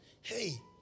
Hey